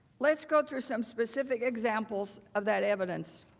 let's go through some specific examples of that evidence.